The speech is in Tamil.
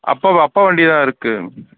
அப்பாவா அப்பா வண்டி தான் இருக்குது